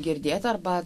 girdėti arba